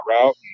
route